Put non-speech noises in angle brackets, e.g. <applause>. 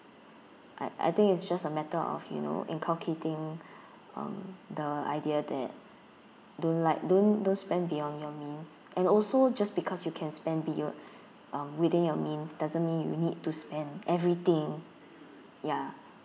I I think it's just a matter of you know inculcating <breath> um the idea that don't like don't don't spend beyond your means and also just because you can spend beyo~ <breath> um within your means doesn't mean you need to spend everything ya